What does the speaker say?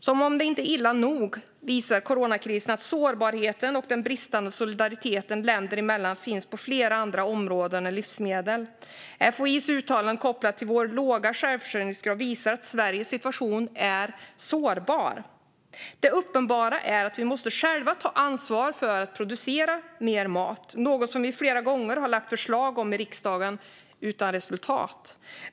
Som om detta inte vore illa nog visar coronakrisen att sårbarheten och den bristande solidariteten länder emellan finns på flera andra områden än livsmedel. FOI:s uttalande kopplat till vår låga självförsörjningsgrad visar att Sveriges situation är sårbar. Det uppenbara är att vi själva måste ta ansvar för att producera mer mat, vilket är något som vi flera gånger har lagt fram förslag om i riksdagen men utan resultat.